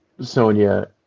Sonia